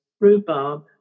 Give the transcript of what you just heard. rhubarb